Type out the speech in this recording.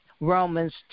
Romans